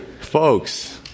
Folks